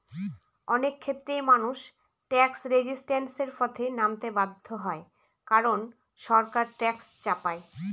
অনেক ক্ষেত্রেই মানুষ ট্যাক্স রেজিস্ট্যান্সের পথে নামতে বাধ্য হয় কারন সরকার ট্যাক্স চাপায়